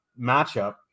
matchup